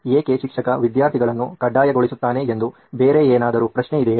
ಏಕೆ ಶಿಕ್ಷಕ ವಿದ್ಯಾರ್ಥಿಗಳನ್ನು ಕಡ್ಡಾಯಗೊಳಿಸುತ್ತಾನೆ ಎಂದು ಬೇರೆ ಏನಾದರೂ ಪ್ರಶ್ನೆ ಇದೆಯೇ